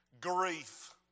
Grief